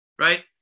right